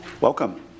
Welcome